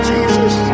Jesus